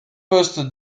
poste